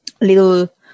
little